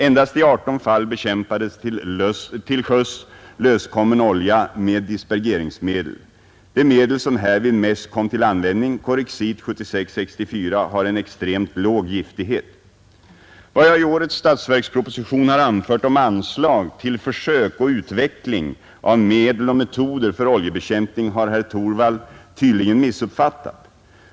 Endast i 18 fall bekämpades till sjöss löskommen olja med dispergeringsmedel. Det medel som härvid mest kom till användning har en extremt låg giftighet. Vad jag i årets statsverksproposition har anfört om anslag till försök och utveckling av medel och metoder för oljebekämpning har herr Torwald tydligen missuppfattat.